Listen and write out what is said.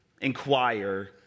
inquire